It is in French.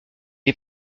est